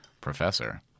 professor